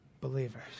believers